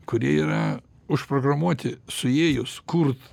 kurie yra užprogramuoti suėjus kurt